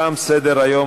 תם סדר-היום.